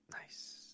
Nice